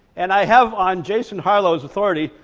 and i have on jason harlow's authority,